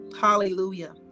hallelujah